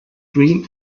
dream